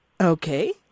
Okay